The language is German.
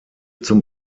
zum